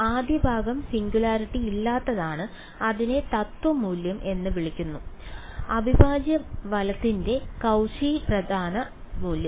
ആദ്യഭാഗം singularity ഇല്ലാത്തതാണ് അതിനെ തത്വ മൂല്യം എന്ന് വിളിക്കുന്നു അവിഭാജ്യ വലത്തിന്റെ കൌച്ചി പ്രധാന മൂല്യം